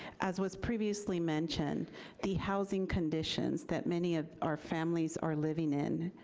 as was previously mentioned the housing conditions that many ah our families are living in,